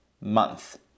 month